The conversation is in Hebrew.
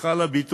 סליחה על הביטוי,